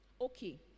Okay